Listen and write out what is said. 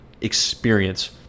experience